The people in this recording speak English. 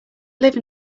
live